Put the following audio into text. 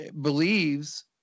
believes